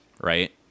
right